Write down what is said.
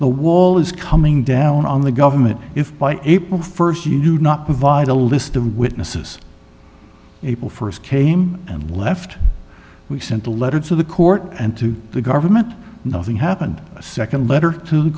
the wall is coming down on the government if by april first you do not provide a list of witnesses able first came and left we sent a letter to the court and to the government nothing happened a second letter to the